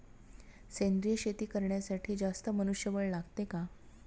सेंद्रिय शेती करण्यासाठी जास्त मनुष्यबळ लागते का?